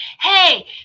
Hey